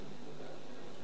איך אתם שותקים?